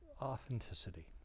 authenticity